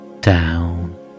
down